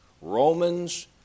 Romans